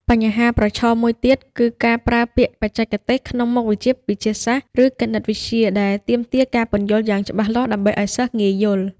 បញ្ហាប្រឈមមួយទៀតគឺការប្រើពាក្យបច្ចេកទេសក្នុងមុខវិជ្ជាវិទ្យាសាស្ត្រ ឬគណិតវិទ្យាដែលទាមទារការពន្យល់យ៉ាងច្បាស់លាស់ដើម្បីឱ្យសិស្សងាយយល់។